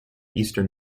eastern